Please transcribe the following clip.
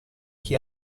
chi